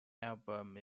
album